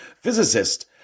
physicist